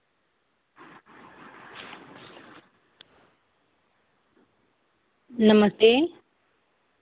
नमस्ते